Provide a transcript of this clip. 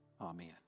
Amen